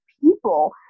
people